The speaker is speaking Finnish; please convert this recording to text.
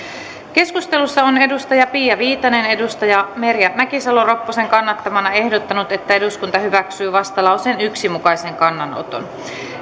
keskustelussa on pia viitanen merja mäkisalo ropposen kannattamana ehdottanut että eduskunta hyväksyy vastalauseen yhden mukaisen kannanoton